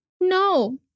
No